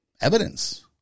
Evidence